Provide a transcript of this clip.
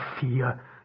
fear